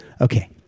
Okay